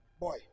boy